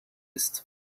ist